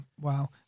Wow